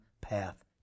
path